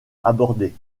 abordés